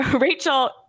Rachel